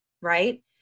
Right